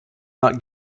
not